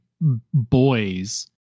boys